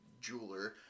jeweler